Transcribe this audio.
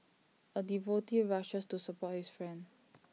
A devotee rushes to support his friend